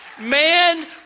man